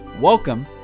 Welcome